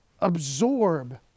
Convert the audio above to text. absorb